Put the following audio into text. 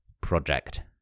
project